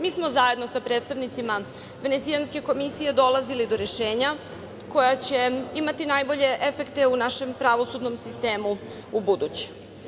Mi smo zajedno sa predstavnicima Venecijanske komisije dolazili do rešenja koja će imati najbolje efekte u našem pravosudnom sistemu ubuduće.